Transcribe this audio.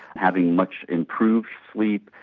having much improved sleep.